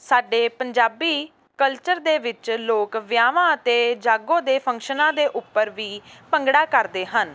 ਸਾਡੇ ਪੰਜਾਬੀ ਕਲਚਰ ਦੇ ਵਿੱਚ ਲੋਕ ਵਿਆਹਾਂ ਅਤੇ ਜਾਗੋ ਦੇ ਫੰਕਸ਼ਨਾਂ ਦੇ ਉੱਪਰ ਵੀ ਭੰਗੜਾ ਕਰਦੇ ਹਨ